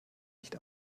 nicht